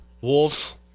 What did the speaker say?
Wolves